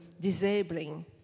disabling